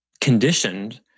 conditioned